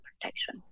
protection